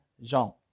Jean